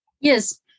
Yes